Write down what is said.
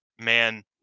man